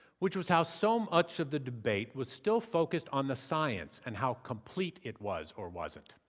which was how so much of the debate was still focused on the science and how complete it was or wasn't,